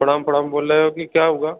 प्रणाम प्रणाम बोल रहे हैं कि क्या हुआ